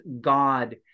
God